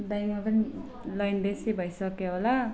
ब्याङ्कमा पनि लइन बेसी भइसक्यो होला